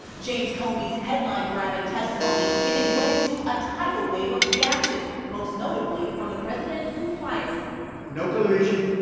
james comey's headline grabbing testimony giving way to a tidal wave of reaction, most notably from the president, who fired him. no collusion,